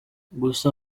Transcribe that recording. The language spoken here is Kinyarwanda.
gusa